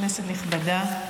כנסת נכבדה,